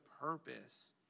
purpose